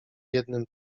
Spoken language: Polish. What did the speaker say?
jednym